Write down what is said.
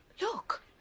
Look